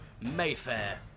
Mayfair